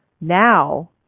now